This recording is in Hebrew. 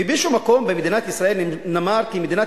ובאיזה מקום במדינת ישראל נאמר כי מדינת